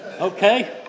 okay